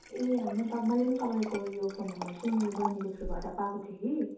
ए होइन तपाईँ मैले नि तपाईँको उयो फोन नम्बर चाहिँ मेरो बहिनीको थ्रूबाट पाएको थिएँ कि